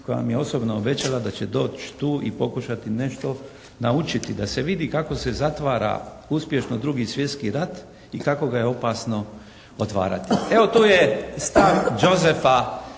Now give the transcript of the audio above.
koja mi je osobno obećala da će doći tu i pokušati nešto naučiti, da se vidi kako se zatvara uspješno 2. svjetski rat i kako ga je opasno otvarati. Evo tu je stav Đozefa